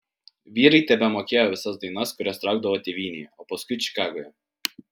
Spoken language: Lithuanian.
vyrai tebemokėjo visas dainas kurias traukdavo tėvynėje o paskui čikagoje